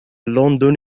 لندن